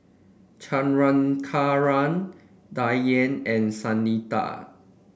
Chandrasekaran Dhyan and Sunita